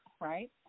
right